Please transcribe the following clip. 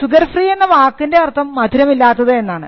sugar free എന്ന വാക്കിൻറെ അർത്ഥം മധുരമില്ലാത്തത് എന്നാണ്